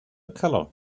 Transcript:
keller